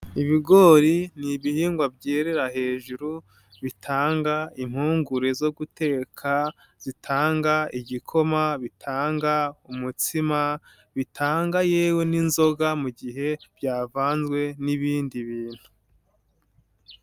Ibigori ni ibihingwa byerera hejuru, bitanga impungure zo guteka, zitanga igikoma, bitanga umutsima, bitanga yewe n'inzoga mu gihe byavanzwe n'ibindi bintu.